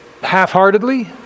half-heartedly